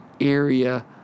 area